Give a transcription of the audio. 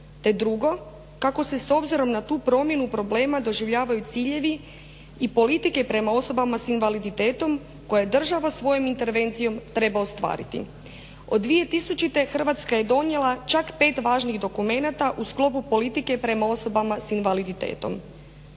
drugo, kako se s obzirom na tu promjenu problema doživljavaju ciljevi i politike prema osobama sa invaliditetom koje država svojom intervencijom treba ostvariti. Od 2000. Hrvatska je donijela čak pet važnih dokumenata u sklopu politike prema osobama sa invaliditetom.